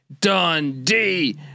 Dundee